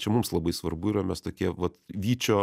čia mums labai svarbu yra mes tokie vat vyčio